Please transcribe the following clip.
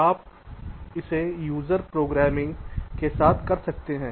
आप इसे user programming के साथ कर सकते हैं